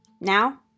Now